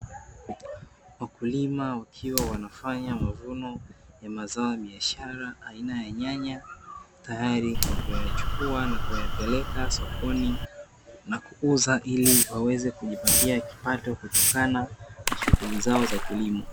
Wakulima wakiwa wanafanya mavuno ya zao la biashara aina ya nyanya, tayari kuyachukua na kuyapeleka sokoni na kuuza, ili waweze kujipatia kipato na shughuli zao za kilimo.